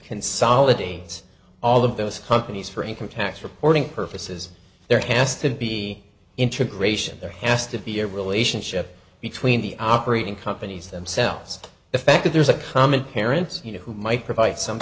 consolidate all of those companies for income tax reporting purposes there has to be interglacial there has to be a relationship between the operating companies themselves the fact that there's a common parents you know who might provide some